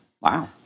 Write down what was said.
wow